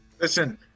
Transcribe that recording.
Listen